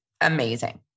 amazing